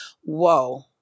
Whoa